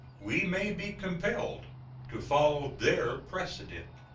we may be compelled to follow their precedent.